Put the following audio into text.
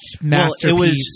masterpiece